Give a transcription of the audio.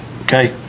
Okay